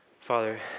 Father